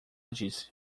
disse